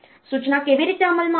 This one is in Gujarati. સૂચના કેવી રીતે અમલમાં આવશે